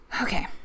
Okay